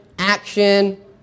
action